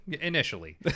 Initially